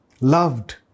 Loved